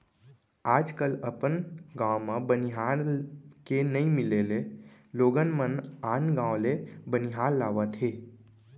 आज कल अपन गॉंव म बनिहार के नइ मिले ले लोगन मन आन गॉंव ले बनिहार लावत हें